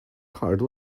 card